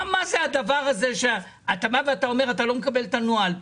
מה זה הדבר הזה שאתה אומר שאתה לא מקבל את הנוהל?